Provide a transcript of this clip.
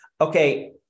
Okay